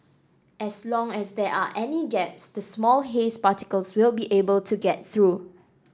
as long as there are any gaps the small haze particles will be able to get through